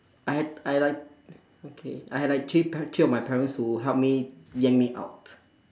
I had I had like okay I had like three pa~ three of my parents who help me yank me out